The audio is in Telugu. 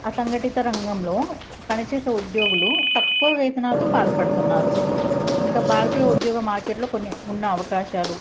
ఆసంఘటిత రంగంలో పనిచేసే ఉద్యోగులు తక్కువ వేతనాలతో బాధపడుతున్నారు ఇంక భారతీయ ఉద్యోగ మార్కెట్లో కొన్ని ఉన్న అవకాశాలు